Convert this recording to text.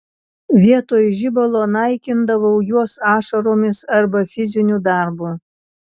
vietoj žibalo naikindavau juos ašaromis arba fiziniu darbu